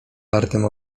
wartym